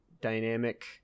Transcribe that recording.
dynamic